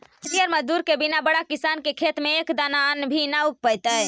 खेतिहर मजदूर के बिना बड़ा किसान के खेत में एक दाना अन्न भी न उग पइतइ